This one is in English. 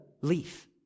leaf